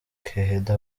keheda